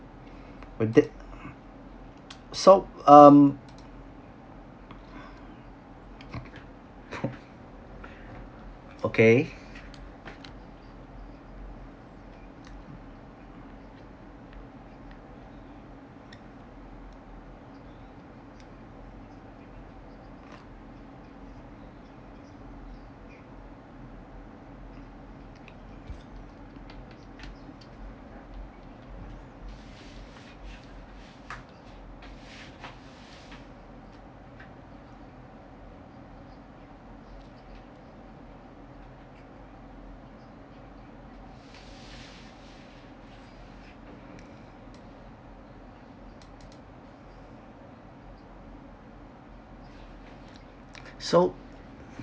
with that so um okay so